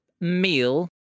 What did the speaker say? Meal